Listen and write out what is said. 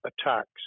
attacks